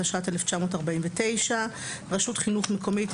התש"ט 1949; ""רשות חינוך מקומית",